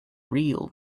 real